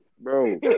Bro